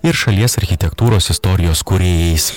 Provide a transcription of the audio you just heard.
ir šalies architektūros istorijos kūrėjais